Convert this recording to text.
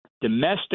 domestic